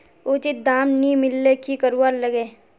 उचित दाम नि मिलले की करवार लगे?